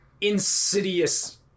insidious